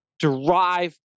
derive